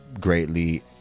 greatly